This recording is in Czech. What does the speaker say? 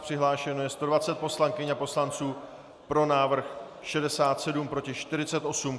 Přihlášeno je 120 poslankyň a poslanců, pro návrh 67, proti 48.